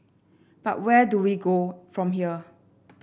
but where do we go from here